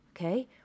Okay